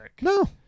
No